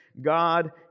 God